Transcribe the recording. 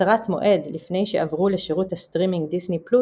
קצרת מועד לפני שעברו לשירות הסטרימינג דיסני+,